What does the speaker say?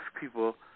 people